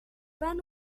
van